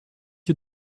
you